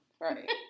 Right